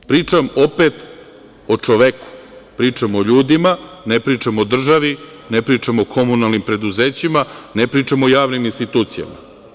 Pričam opet o čoveku, pričam o ljudima, ne pričam o državi, ne pričam o komunalnim preduzećima, ne pričam o javnim institucijama.